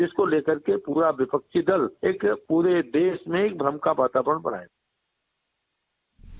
इसको लेकर के पूरा विपक्षी दल एक प्ररे देश में भ्रम का वातावरण बनायाहै